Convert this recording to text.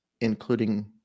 including